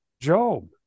Job